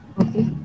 okay